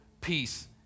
peace